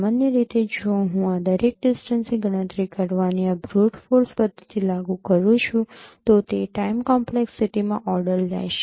સામાન્ય રીતે જો હું આ દરેકને ડિસ્ટન્સની ગણતરી કરવાની આ બ્રુટ ફોર્સ પદ્ધતિ લાગુ કરું છું તો તે ટાઇમ કોમ્પ્લેક્સીટીમાં ઓર્ડર લેશે